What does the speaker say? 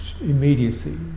immediacy